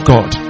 God